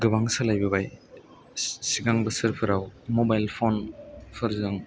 गोबां सोलायबोबाय सिगां बोसोरफोराव मबाइल फन फोरजों